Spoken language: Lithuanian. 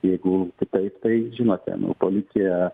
jeigu taip tai žinote nu policija